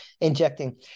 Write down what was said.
injecting